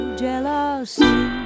jealousy